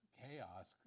chaos